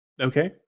Okay